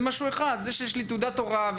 זה דבר אחד; זה שיש לך תעודת הוראה,